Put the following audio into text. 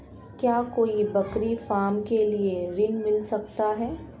क्या कोई बकरी फार्म के लिए ऋण मिल सकता है?